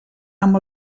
amb